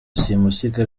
simusiga